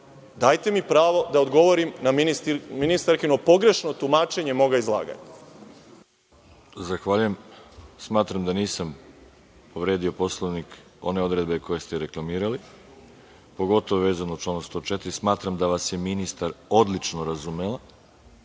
Dajte mi pravo da odgovorim na ministarkino pogrešno tumačenje moga izlaganja. **Veroljub Arsić** Zahvaljujem. Smatram da nisam povredio Poslovnik one odredbe koje ste reklamirali, pogotovo vezano za član 104. Smatram da vas je ministar odlično razumela,